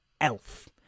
Elf